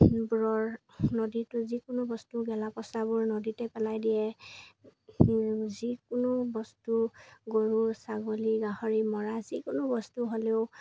বোৰৰ নদীত যিকোনো বস্তু গেলা পচাবোৰ নদীতে পেলাই দিয়ে আৰু যিকোনো বস্তু গৰু ছাগলী গাহৰি মৰা যিকোনো বস্তু হ'লেও